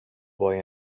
boy